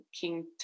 King